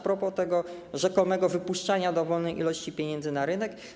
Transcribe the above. propos tego rzekomego wypuszczania dowolnej ilości pieniędzy na rynek.